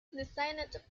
designated